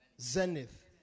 Zenith